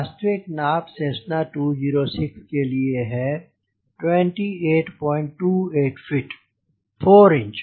वास्तविक नाप सेस्सना 206 के लिए है 2828 फ़ीट 4 इंच